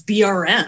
BRM